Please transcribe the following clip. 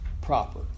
proper